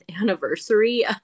anniversary